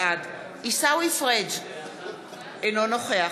בעד עיסאווי פריג' אינו נוכח